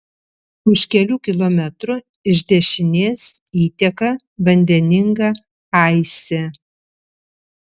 už kelių kilometrų iš dešinės įteka vandeninga aisė